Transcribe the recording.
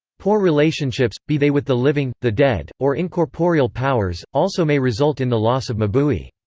poor relationships be they with the living, the dead, or incorporeal powers also may result in the loss of mabui.